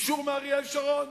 אישור לזה מאריאל שרון.